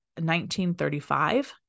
1935